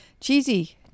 Cheesy